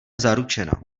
zaručena